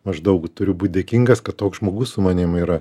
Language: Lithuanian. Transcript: maždaug turiu būt dėkingas kad toks žmogus su manim yra